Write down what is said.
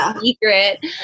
Secret